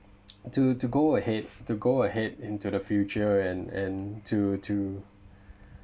to to go ahead to go ahead into the future and and to to